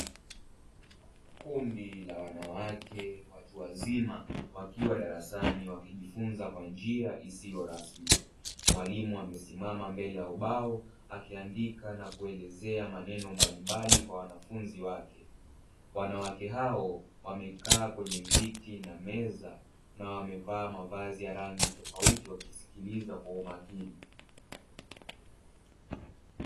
Kundi la wanawake watu wazima wakiwa darasani wakijifunza kwa njia isiyo rasmi, mwalimu amesimama mbele ya ubao akiandika na kuelezea maneno mbalimbali kwa wanafunzi wake, wanawake hao wamekaa kwenye viti na meza, na wamevaa mavazi ya rangi tofauti wakisikiliza kwa makini.